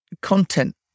content